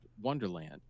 Wonderland